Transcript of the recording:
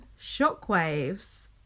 shockwaves